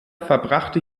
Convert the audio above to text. verbrachte